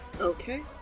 Okay